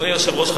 אדוני היושב-ראש,